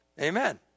Amen